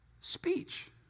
speech